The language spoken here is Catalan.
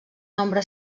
nombre